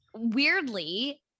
weirdly